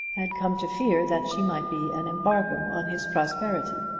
had come to fear that she might be an embargo on his prosperity,